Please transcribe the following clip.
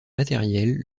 matériels